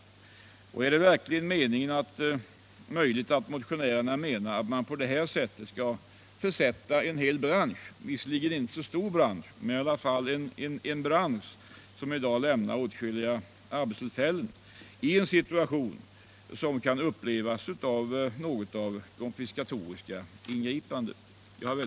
Är det verkligen möjligt att motionärerna menar att man på det här sättet skall försätta en hel bransch — visserligen är den inte så stor men den ger i dag åtskilliga arbetstillfällen — i en situation, som av branschen kan upplevas såsom något av konfiskatoriska ingripanden?